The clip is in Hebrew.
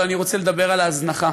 אבל אני רוצה לדבר על ההזנחה.